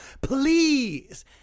Please